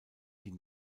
die